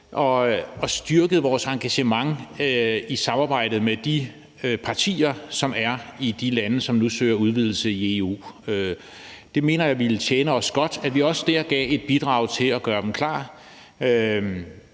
og styrkede vores engagement i samarbejde med de partier, som er i de lande, som nu søger udvidelse i EU. Jeg mener, det ville tjene os godt, at vi også der gav et bidrag til at gøre dem klar.